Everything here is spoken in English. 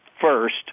first